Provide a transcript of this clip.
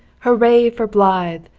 hurrah for blythe,